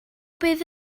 bydd